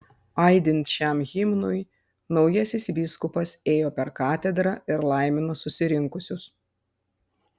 aidint šiam himnui naujasis vyskupas ėjo per katedrą ir laimino susirinkusius